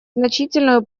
значительную